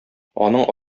аның